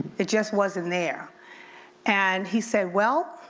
it just wasn't there and he said well,